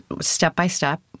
step-by-step